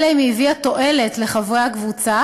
אלא אם כן היא הביאה תועלת לחברי הקבוצה